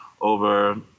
over